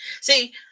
See